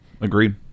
agreed